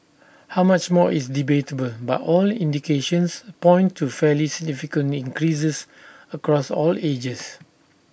how much more is debatable but all indications point to fairly significant increases across all ages